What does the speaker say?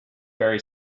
very